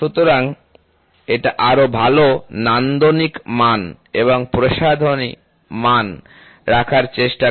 সুতরাং এটা আরো ভালো নান্দনিক মান এবং প্রসাধনী মান রাখার চেষ্টা করে